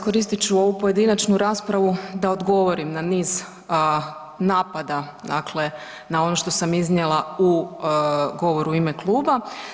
Evo iskoristit ću ovu pojedinačnu raspravu da odgovorim na niz napada, dakle na ono što sam iznijela u govoru u ime kluba.